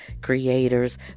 creators